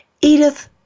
Edith